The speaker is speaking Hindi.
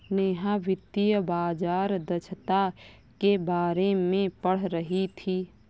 नेहा वित्तीय बाजार दक्षता के बारे में पढ़ रही थी